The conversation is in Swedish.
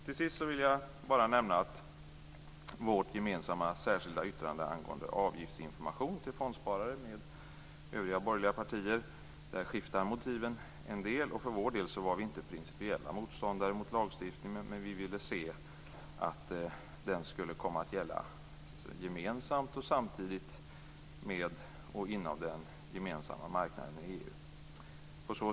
Till sist vill jag bara nämna att beträffande vårt, tillsammans med övriga borgerliga partier, gemensamma särskilda yttrande angående avgiftsinformation till fondsparare skiftar motiven en del. Vi för vår del var inte principiella motståndare men vi ville se att lagstiftningen skulle komma att gälla gemensamt och samtidigt inom den gemensamma marknaden i EU.